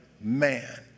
man